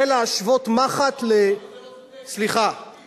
זה להשוות מחט, שם זה לא צודק כי שם זה הפרטי.